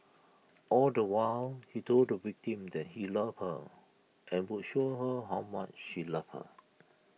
all the while he told the victim that he loved her and would show her how much he loved her